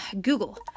Google